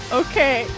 okay